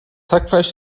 hackfleisch